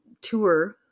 tour